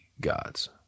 gods